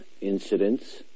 incidents